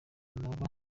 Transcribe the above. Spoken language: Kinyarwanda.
nabo